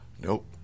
Nope